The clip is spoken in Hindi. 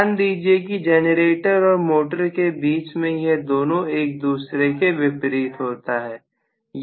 ध्यान दीजिए कि जनरेटर और मोटर के बीच में यह दोनों एक दूसरे के विपरीत होता है